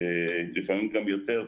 לפעמים גם יותר,